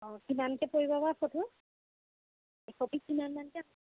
অঁ কিমানকৈ পৰিব বা ফটোত একপিত কিমান মানকৈ